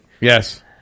Yes